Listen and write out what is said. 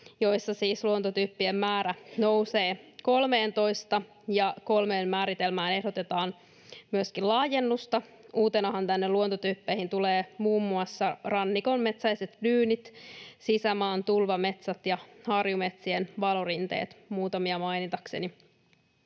siis luontotyyppien määrä nousee 13:een ja kolmeen määritelmään ehdotetaan myöskin laajennusta. Uutenahan tänne luontotyyppeihin tulevat muun muassa rannikon metsäiset dyynit, sisämaan tulvametsät ja harjumetsien valorinteet muutamia mainitakseni.